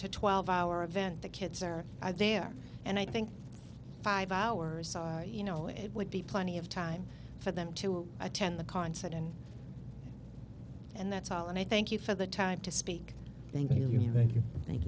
to twelve hour event the kids are there and i think five hours saw you know it would be plenty of time for them to attend the concert and and that's all and i thank you for the time to speak